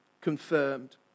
confirmed